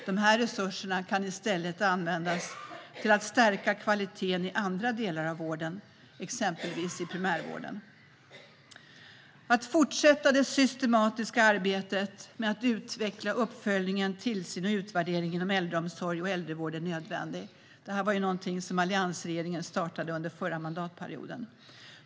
Dessa resurser kan i stället användas till att stärka kvaliteten i andra delar av vården, exempelvis i primärvården. Att fortsätta det systematiska arbetet med att utveckla uppföljning, tillsyn och utvärdering inom äldreomsorg och äldrevård är nödvändigt. Det här var någonting som alliansregeringen startade under förra mandatperioden.